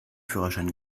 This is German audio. führerschein